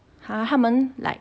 !huh! 他们 like